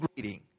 greeting